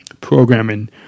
programming